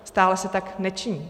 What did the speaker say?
Stále se tak nečiní.